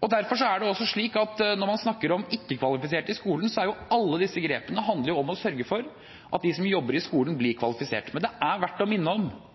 Derfor er det også slik, når man snakker om ikke-kvalifiserte i skolen, at alle disse grepene handler om å sørge for at de som jobber i skolen, blir kvalifisert. Det er verdt å minne om